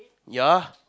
ya